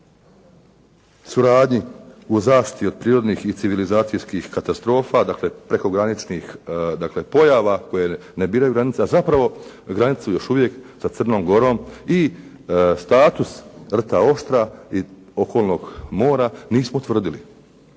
o suradnju u zaštiti od prirodnih i civilizacijskih katastrofa, dakle prekograničnih pojava koje ne biraju granice, a zapravo granicu još uvijek sa Crnom Gorom i status rta Oštra i okolnog mora nismo utvrdili.